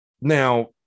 now